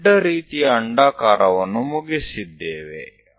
ನಾವು ಅಡ್ಡ ರೀತಿಯ ಅಂಡಾಕಾರವನ್ನು ಮುಗಿಸಿದ್ದೇವೆ